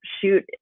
shoot